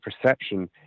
perception